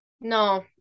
No